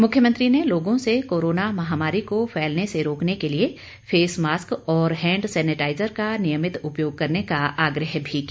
मुख्यमंत्री ने लोगों से कोरोना महामारी को फैलने से रोकने के लिए फेसमास्क और हैंड सेनेटाइजर का नियमित उपयोग करने का आग्रह भी किया